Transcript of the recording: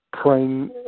praying